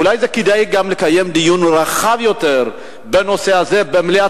אולי כדאי גם לקיים דיון רחב יותר בנושא הזה במליאת